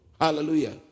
Hallelujah